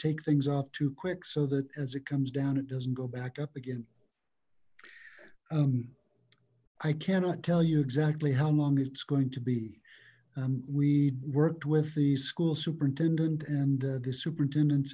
take things off too quick so that as it comes down it doesn't go back up again i cannot tell you exactly how long it's going to be we worked with the school superintendent and the superintendent